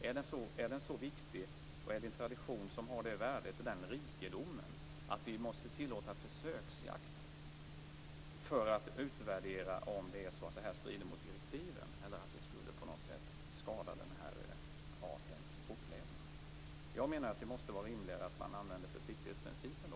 Är den så viktig och har det värde och den rikedom att man måste tillåta försöksjakt för att utvärdera om jakten strider mot direktiven eller på något sätt skadar artens fortlevnad. Det måste vara rimligare att använda försiktighetsprincipen.